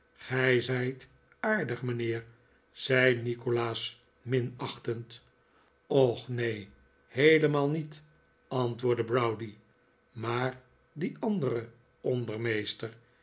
zijt aardig mijnheer zei nikolaas minachtend gch neen heelemaal niet antwoordde browdie maar die andere ondermeester